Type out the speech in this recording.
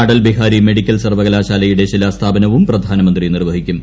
Atal Bihari medical സർവ്വകലാശാലയുടെ ശിലാസ്ഥാപനവും പ്രധാനമന്ത്രി നിർവ്വഹിക്കും